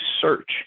search